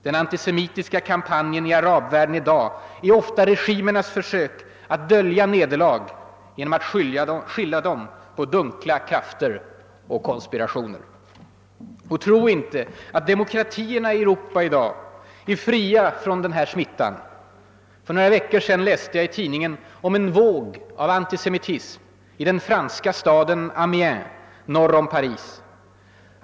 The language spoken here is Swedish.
Den antisemitiska kampanjen i arabvärlden är ofta regimernas försök att dölja nederlag genom «att skylla dem på dunkla krafter och konspirationer. Och tro inte att demokratierna i Europa i dag är fria från den smittan. För några veckor sedan läste jag i tidningen om en våg av antisemitism i den franska staden Amiens norr om Paris.